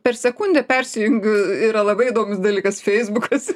per sekundę persijungiu yra labai įdomus dalykas feisbukas